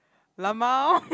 lmao